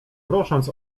prosząc